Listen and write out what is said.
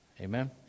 Amen